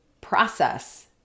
process